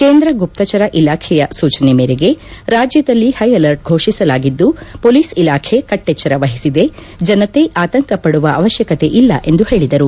ಕೇಂದ್ರ ಗುಪ್ತಚರ ಇಲಾಖೆಯ ಸೂಚನೆ ಮೇರೆಗೆ ರಾಜ್ಯದಲ್ಲಿ ಹೈ ಅಲರ್ಟ್ ಫೋಷಿಸಲಾಗಿದ್ದು ಹೊಲೀಸ್ ಇಲಾಖೆ ಕಟ್ಷೆಚ್ಚರ ವಹಿಸಿದೆ ಜನತೆ ಆತಂಕ ಪಡುವ ಅವಶ್ಯಕತೆ ಇಲ್ಲ ಎಂದು ಹೇಳಿದರು